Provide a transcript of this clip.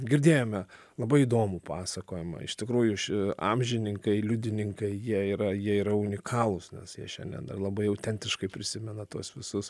girdėjome labai įdomų pasakojimą iš tikrųjų ši amžininkai liudininkai jie yra jie yra unikalūs nes jie šiandien dar labai autentiškai prisimena tuos visus